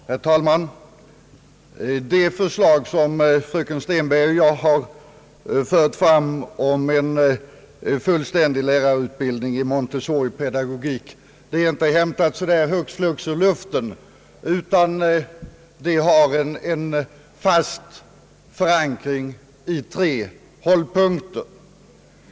Herr talman! Det förslag som fröken Stenberg och jag har fört fram om en fullständig lärarutbildning i Montessoripedagogik är inte hämtat så där hux flux ur luften, utan det har en fast förankring i tre hållpunkter.